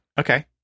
Okay